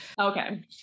Okay